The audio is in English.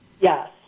Yes